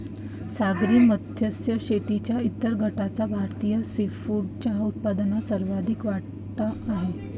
सागरी मत्स्य शेतीच्या इतर गटाचा भारतीय सीफूडच्या उत्पन्नात सर्वाधिक वाटा आहे